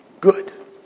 good